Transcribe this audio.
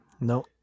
no